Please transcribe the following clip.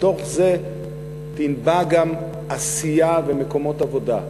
מתוך זה ינבעו גם עשייה ומקומות עבודה.